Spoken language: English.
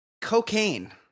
cocaine